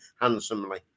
handsomely